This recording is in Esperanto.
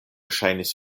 ŝajnis